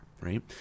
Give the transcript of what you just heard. right